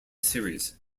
series